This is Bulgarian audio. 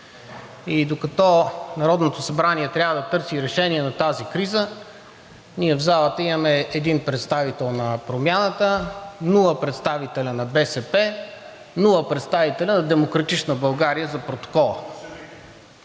И докато Народното събрание трябва да търси решение на тази криза, ние в залата имаме един представител на Промяната, нула представители на БСП, нула представители на „Демократична България“, за протокола.